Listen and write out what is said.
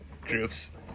groups